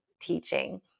teaching